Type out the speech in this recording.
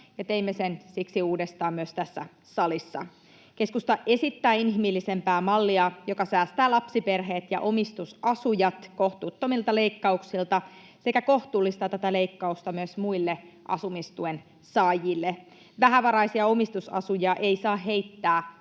teimme sen siksi uudestaan myös tässä salissa. Keskusta esittää inhimillisempää mallia, joka säästää lapsiperheet ja omistusasujat kohtuuttomilta leikkauksilta sekä kohtuullistaa tätä leikkausta myös muille asumistuen saajille. Vähävaraisia omistusasujia ei saa heittää